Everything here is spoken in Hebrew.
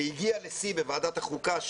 זה הגיע לשיא בוועדת החוקה,